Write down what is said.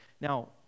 Now